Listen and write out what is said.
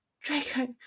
Draco